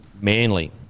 Manly